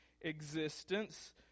existence